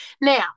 Now